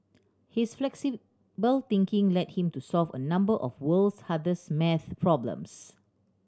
his flexible thinking led him to solve a number of the world's hardest maths problems